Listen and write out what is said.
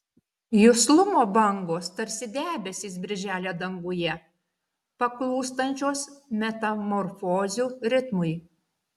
juslumo bangos tarsi debesys birželio danguje paklūstančios metamorfozių ritmui